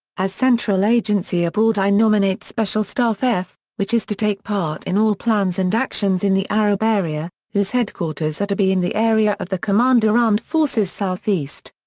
as central agency abroad i nominate special staff f, which is to take part in all plans and actions in the arab area, whose headquarters are to be in the area of the commander armed forces south-east.